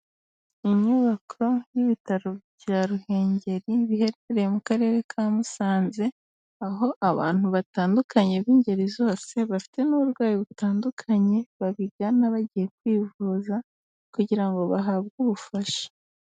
Inyubako y'ibitaro bya ruhengeri biherereye mu karere ka Musanze, aho abantu batandukanye b'ingeri zose bafite n'uburwayi butandukanye babigana bagiye kwivuza kugira ngo bahabwe ubufasha.